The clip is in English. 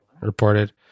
reported